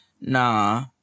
Nah